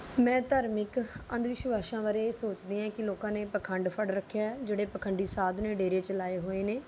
ਮੈਂ ਧਾਰਮਿਕ ਅੰਧਵਿਸ਼ਵਾਸਾਂ ਬਾਰੇ ਇਹ ਸੋਚਦੀ ਹਾਂ ਕਿ ਲੋਕਾਂ ਨੇ ਪਖੰਡ ਫੜ ਰੱਖਿਆ ਹੈ ਜਿਹੜੇ ਪਖੰਡੀ ਸਾਧ ਨੇ ਡੇਰੇ ਚਲਾਏ ਹੋਏ ਨੇ